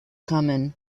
common